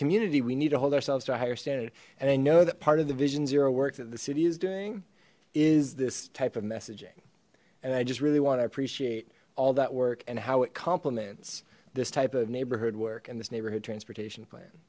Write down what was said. community we need to hold ourselves to a higher standard and i know that part of the vision zero work that the city is doing is this type of messaging and i just really want to appreciate all that work and how it complements this type of neighborhood work and this neighborhood transportation plan